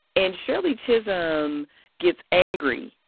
and shirley chisholm gets angry.